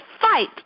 fight